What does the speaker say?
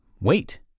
wait